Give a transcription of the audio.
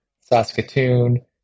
Saskatoon